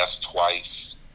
twice